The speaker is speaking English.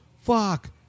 Fuck